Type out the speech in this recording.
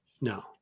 No